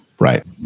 Right